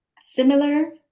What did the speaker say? similar